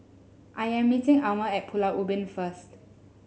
I am meeting Almer at Pulau Ubin first